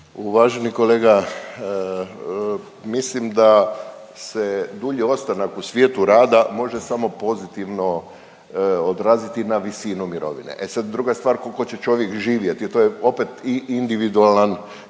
Uvaženi kolega, mislim da se dulji ostanak u svijetu rada može samo pozitivno odraziti na visinu mirovine, e sad druga stvar kolko će čovjek živjeti, to je opet individualan,